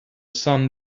sun